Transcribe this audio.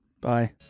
bye